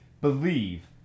believe